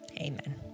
Amen